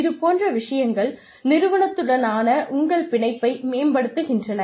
இது போன்ற விஷயங்கள் நிறுவனத்துடனான உங்கள் பிணைப்பை மேம்படுத்துகின்றன